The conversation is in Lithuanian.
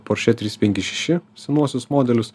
porsche trys penki šeši senuosius modelius